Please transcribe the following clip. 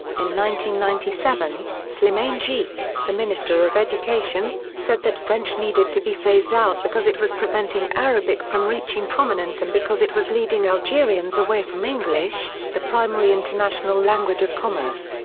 ninety ninety seven, slimane chikh, the minister of education, said that french needed to be phased out because it was preventing arabic from reaching prominence and because it was leading algerians away from english, the primary international language of commerce,